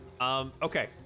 Okay